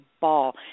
ball